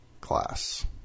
class